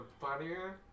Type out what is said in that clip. funnier